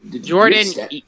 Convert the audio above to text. Jordan